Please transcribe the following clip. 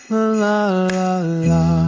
La-la-la-la